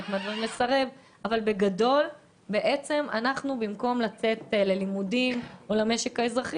במקום לצאת ללימודים או למשק האזרחי